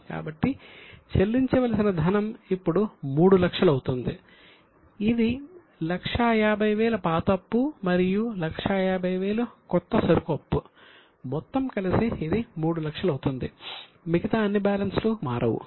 కాబట్టి చెల్లించవలసిన ధనం ఇప్పుడు 300000 అవుతుంది ఇది 150000 పాత అప్పు మరియు 150000 కొత్త సరుకు అప్పు మొత్తం కలిసి ఇది 300000 అవుతుంది మిగతా అన్ని బ్యాలెన్సులు మారవు